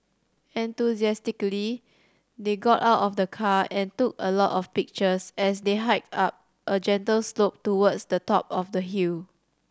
enthusiastically they got out of the car and took a lot of pictures as they hiked up a gentle slope towards the top of the hill